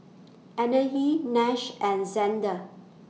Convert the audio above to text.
Anahi Nash and Zander